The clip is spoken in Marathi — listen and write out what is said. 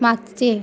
हं मागचे